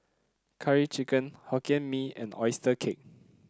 Curry Chicken Hokkien Mee and oyster cake